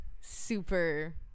super